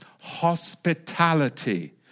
hospitality